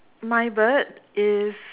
my bird is